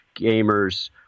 gamers